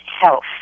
health